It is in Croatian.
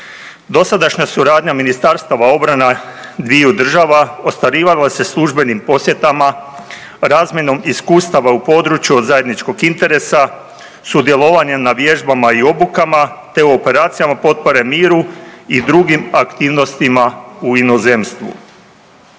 Dosadašnja suradnja ministarstava obrana dviju država ostvarivalo se službenim posjetama, razmjenom iskustava u području od zajedničkog interesa, sudjelovanje na vježbama i obukama te u operacijama potpore miru i drugim aktivnostima u inozemstvu.